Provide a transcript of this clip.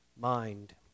mind